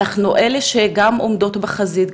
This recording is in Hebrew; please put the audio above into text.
אנחנו אלה שגם עומדות בחזית,